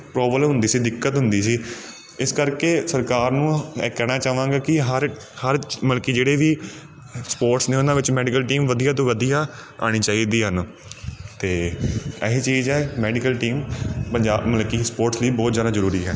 problem ਹੁੰਦੀ ਸੀ ਦਿੱਕਤ ਹੁੰਦੀ ਸੀ ਇਸ ਕਰਕੇ ਸਰਕਾਰ ਨੂੰ ਮੈਂ ਕਹਿਣਾ ਚਾਹਵਾਂਗਾ ਕਿ ਹਰ ਹਰ ਮਤਲਬ ਕਿ ਜਿਹੜੇ ਵੀ ਸਪੋਰਟਸ ਨੇ ਉਹਨਾਂ ਵਿੱਚ ਮੈਡੀਕਲ ਟੀਮ ਵਧੀਆ ਤੋਂ ਵਧੀਆ ਆਉਣੀ ਚਾਹੀਦੀ ਹਨ ਅਤੇ ਇਹੀ ਚੀਜ਼ ਹੈ ਮੈਡੀਕਲ ਟੀਮ ਪੰਜਾਬ ਮਤਲਬ ਕਿ ਸਪੋਰਟਸ ਲਈ ਬਹੁਤ ਜ਼ਿਆਦਾ ਜ਼ਰੂਰੀ ਹੈ